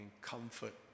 comfort